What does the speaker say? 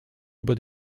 über